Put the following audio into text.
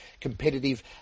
competitive